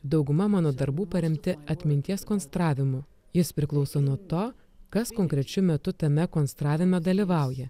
dauguma mano darbų paremti atminties konstravimu jis priklauso nuo to kas konkrečiu metu tame konstravime dalyvauja